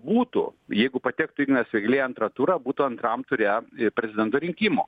būtų jeigu patektų ignas vėgėlė į antrą turą būtų antram ture prezidento rinkimų